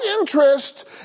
interest